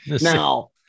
Now